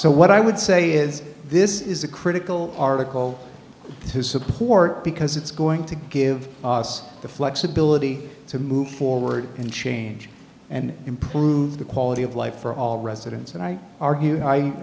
so what i would say is this is a critical article to support because it's going to give us the flexibility to move forward and change and improve the quality of life for all residents and i ar